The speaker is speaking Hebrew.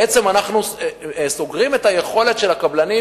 בעצם אנחנו סוגרים את היכולת של הקבלנים